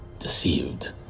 Deceived